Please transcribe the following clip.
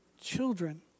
children